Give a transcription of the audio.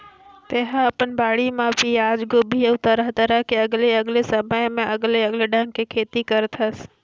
तेहा अपन बाड़ी म पियाज, गोभी अउ तरह तरह के अलगे अलगे समय म अलगे अलगे ढंग के खेती करथस